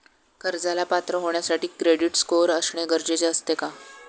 कर्जाला पात्र होण्यासाठी क्रेडिट स्कोअर असणे गरजेचे असते का?